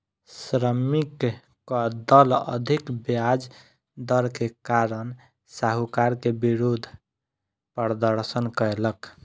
श्रमिकक दल अधिक ब्याज दर के कारण साहूकार के विरुद्ध प्रदर्शन कयलक